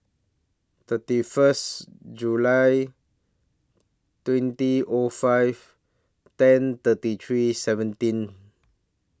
thirty First July twenty ought five ten thirty three seventeen